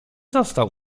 został